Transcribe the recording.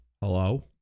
Hello